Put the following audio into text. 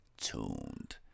tuned